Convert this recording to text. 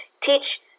teach